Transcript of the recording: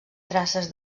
traces